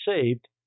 Saved